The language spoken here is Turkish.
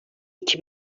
iki